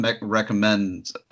recommend